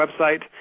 website